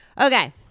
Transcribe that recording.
Okay